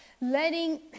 letting